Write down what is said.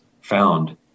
found